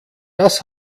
das